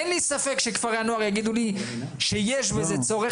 אין לי ספק שכפרי הנוער יגידו לי שיש בזה צורך.